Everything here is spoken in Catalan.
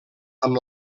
amb